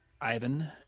Ivan